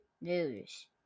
News